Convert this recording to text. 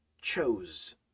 chose